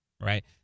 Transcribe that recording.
right